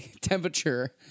temperature